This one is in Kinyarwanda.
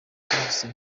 hahise